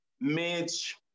Mitch